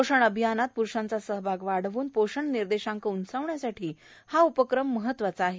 पोषण अभियानात पुरुषांचा सहभाग वाढवून पोषण निर्देशांक उंचावण्यासाठी हा उपक्रम महत्वाचा आहे